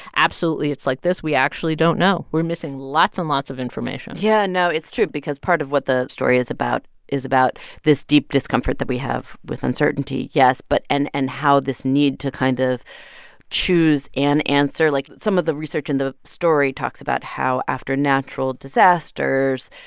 absolutely, it's like this. we actually don't know. we're missing lots and lots of information yeah, no, it's true because part of what the story is about is about this deep discomfort that we have with uncertainty, yes, but and and how this need to kind of choose an answer. like, some of the research in the story talks about how, after natural disasters,